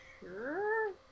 Sure